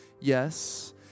yes